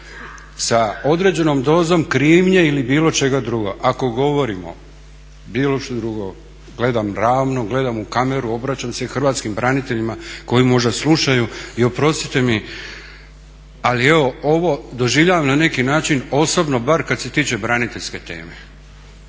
sa određenom dozom krivnje ili bilo čega drugoga. Ako govorimo bilo što drugo gledam ravno, gledam u kameru obraćam se hrvatskim braniteljima koji možda slušaju i oprostite mi ali evo ovo doživljavam na neki način osobno bar kad se tiče braniteljske teme.